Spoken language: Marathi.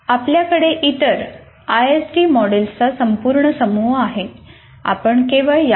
आपल्याकडे इतर आयएसडी मॉडेल्सचा संपूर्ण समूह आहे आपण केवळ यादी करू